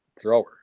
thrower